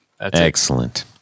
excellent